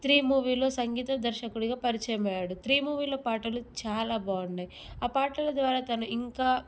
three మూవీలో సంగీత దర్శకుడిగా పరిచయం అయ్యాడు త్రీ మూవీలో పాటలు చాలా బావున్నాయి ఆ పాటల ద్వారా తను ఇంకా